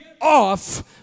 off